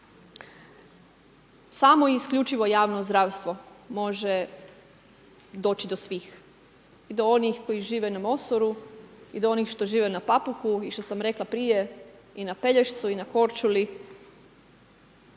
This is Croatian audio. Samo i isključivo javno zdravstvo može doći do svih, do onih koji žive na Mosoru i do onih što žive na Papuku i što sam rekla prije i na Pelješcu i na Korčuli.